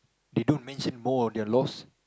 they don't mention more of their loss